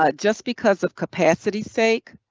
ah just because of capacity sake.